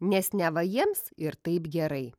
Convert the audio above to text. nes neva jiems ir taip gerai